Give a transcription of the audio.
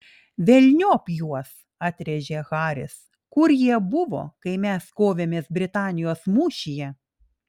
velniop juos atrėžė haris kur jie buvo kai mes kovėmės britanijos mūšyje